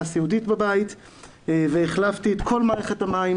סיעודית בבית והחלפתי את כל מערכת המים.